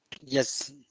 Yes